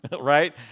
Right